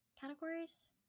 categories